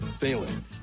failing